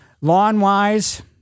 lawn-wise